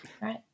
right